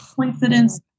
coincidence